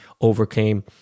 overcame